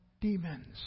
demons